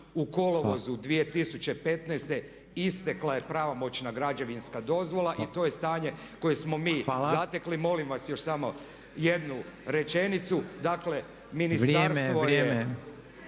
u kolovozu 2015. istekla je pravomoćna građevinska dozvola i to je stanje koje smo mi zatekli. Molim vas samo još jednu rečenicu. Dakle, Ministarstvo se vratilo